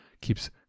keeps –